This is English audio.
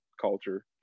culture